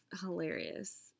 Hilarious